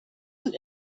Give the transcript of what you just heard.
und